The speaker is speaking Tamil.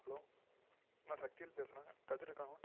ஹலோ அண்ணா சக்திவேல் பேசுகிறேன் கதிர் இருக்காங்களா